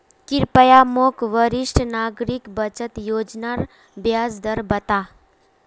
कृप्या मोक वरिष्ठ नागरिक बचत योज्नार ब्याज दर बता